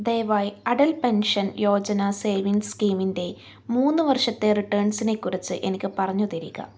ദയവായി Atal pension Yojana savings സ്കീമിൻ്റെ മൂന്ന് വർഷത്തെ റിട്ടേൺസിനെ കുറിച്ച് എനിക്ക് പറഞ്ഞുതരിക